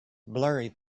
blurry